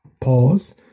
pause